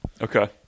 Okay